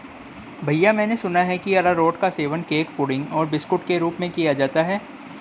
भैया मैंने सुना है कि अरारोट का सेवन केक पुडिंग और बिस्कुट के रूप में किया जाता है